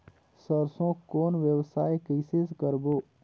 सरसो कौन व्यवसाय कइसे करबो?